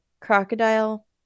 crocodile